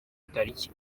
tariki